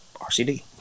RCD